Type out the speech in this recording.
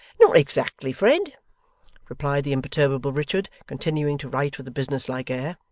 not exactly, fred replied the imperturbable richard, continuing to write with a businesslike air.